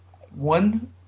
one